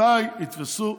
מתי יתפסו,